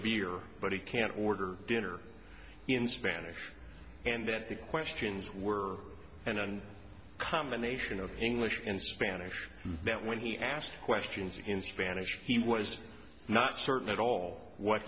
beer but he can't order dinner in spanish and that the questions were and and combination of english and spanish that when he asked questions in spanish he was not certain at all what